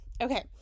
Okay